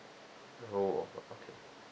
oh